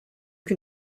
can